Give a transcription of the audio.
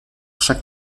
chaque